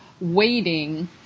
waiting